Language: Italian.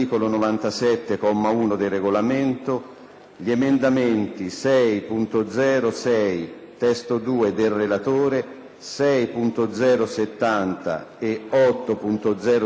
gli emendamenti 6.0.6 (testo 2) del relatore, 6.0.70 e 8.0.50 della Commissione.